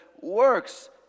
works